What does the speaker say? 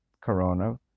corona